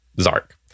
Zark